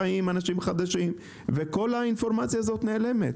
באים אנשים חדשים וכל האינפורמציה הזו נעלמת.